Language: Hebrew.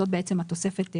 זאת התוספת.